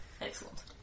Excellent